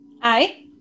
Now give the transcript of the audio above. Hi